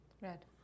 Red